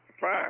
fine